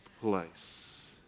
place